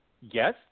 Yes